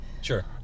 Sure